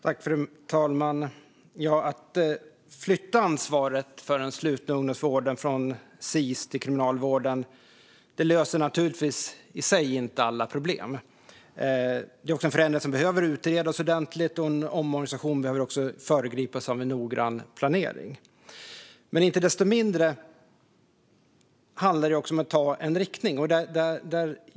Fru talman! Att flytta ansvaret för den slutna ungdomsvården från Sis till Kriminalvården löser naturligtvis i sig inte alla problem. Det är också en förändring som behöver utredas ordentligt, och en omorganisation behöver också föregås av en noggrann planering. Men inte desto mindre handlar det också om att ta en riktning.